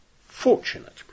fortunate